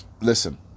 listen